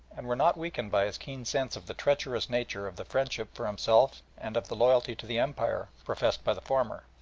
and were not weakened by his keen sense of the treacherous nature of the friendship for himself and of the loyalty to the empire professed by the former.